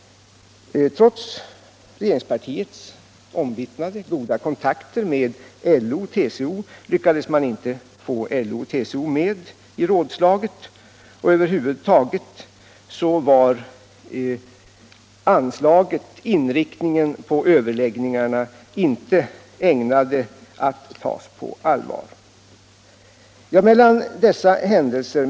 Trots regeringspartiets omvittnade goda kontakter med LO och TCO lyckades man inte få LO och TCO med i rådslaget. Över huvud taget var överläggningarna med den inriktning de fick inte ägnade att tas på allvar.